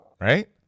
Right